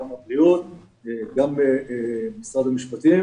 גם אנשי משרד הבריאות וגם אנשי משרד המשפטים